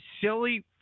silly